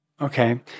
Okay